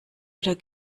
oder